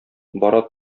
бара